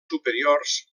superiors